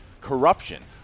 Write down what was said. Corruption